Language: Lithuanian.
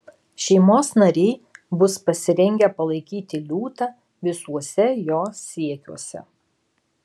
šeimos nariai bus pasirengę palaikyti liūtą visuose jo siekiuose